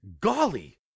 golly